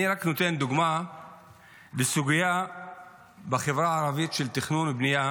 אני רק נותן דוגמה לסוגיה בחברה הערבית של תכנון ובנייה